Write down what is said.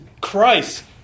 christ